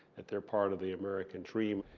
that they're part of the american dream.